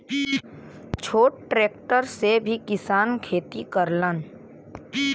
छोट ट्रेक्टर से भी किसान खेती करलन